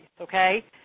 okay